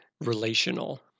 relational